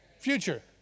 Future